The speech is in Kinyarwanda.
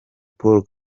paul